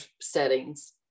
settings